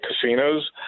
casinos